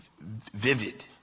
vivid